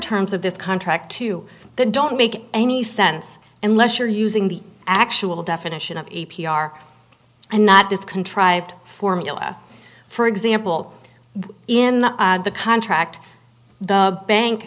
terms of this contract to the don't make any sense unless you're using the actual definition of a p r and not this contrived formula for example in the contract the bank